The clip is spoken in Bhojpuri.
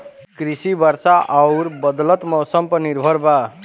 कृषि वर्षा आउर बदलत मौसम पर निर्भर बा